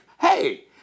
Hey